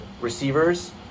Receivers